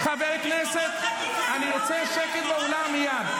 חברי הכנסת, אני רוצה שקט באולם מייד.